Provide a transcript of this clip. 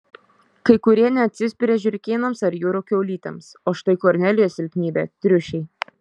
kai kurie neatsispiria žiurkėnams ar jūrų kiaulytėms o štai kornelijos silpnybė triušiai